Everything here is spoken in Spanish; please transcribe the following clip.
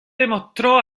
demostró